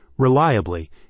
reliably